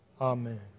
Amen